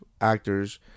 actors